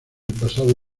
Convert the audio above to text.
pasado